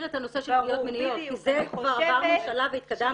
את הנושא של פגיעות מיניות כי זה כבר עברנו שלב והתקדמנו.